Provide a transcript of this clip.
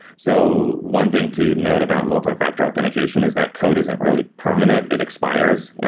so one thing to note about multifactor authentication is that code isn't really permanent. it expires.